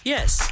Yes